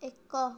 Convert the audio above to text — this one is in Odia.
ଏକ